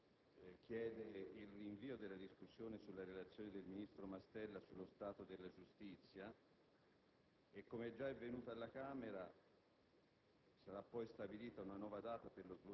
il Governo chiede il rinvio della discussione sulla Relazione del ministro Mastella sullo stato della giustizia. Come è già avvenuto alla Camera,